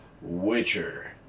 Witcher